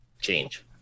change